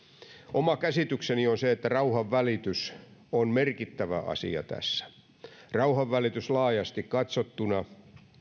oma käsitykseni on se että rauhanvälitys on merkittävä asia tässä rauhanvälitys laajasti katsottuna